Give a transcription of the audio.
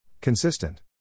Consistent